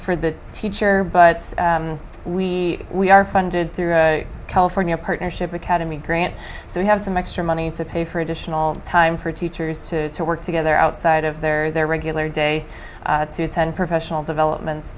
for the teacher but we we are funded through a california partnership academy grant so we have some extra money to pay for additional time for teachers to work together outside of their regular day to ten professional developments